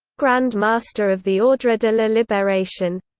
grand master of the ordre de la liberation